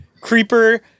creeper